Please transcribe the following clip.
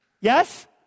Yes